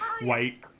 white